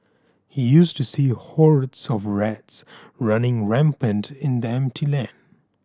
he used to see hordes of rats running rampant in the empty land